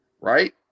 Right